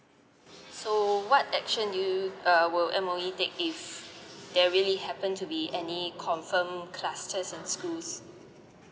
so what action do you err will M_O_E take if there really happen to be any confirmed clusters in schools